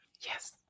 Yes